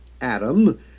Adam